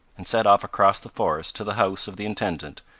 and set off across the forest to the house of the intendant,